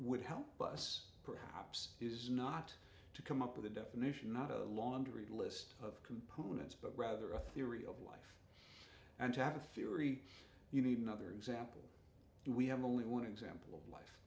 would help us perhaps is not to come up with a definition not a laundry list of components but rather a theory of life and to have a theory you need another example do we have only one example